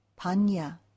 Panya